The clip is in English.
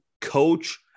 coach